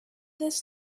this